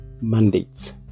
mandates